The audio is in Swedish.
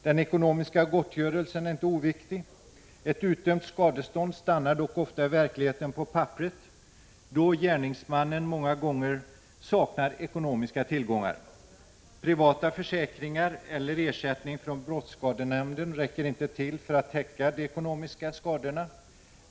Den ekonomiska gottgörelsen är inte oviktig. Ett utdömt skadestånd stannar dock ofta i verkligheten på papperet, då gärningsmannen många gånger saknar ekonomiska tillgångar. Privata försäkringar eller ersättning från brottsskadenämnden räcker inte till för att täcka de ekonomiska skadorna.